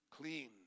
clean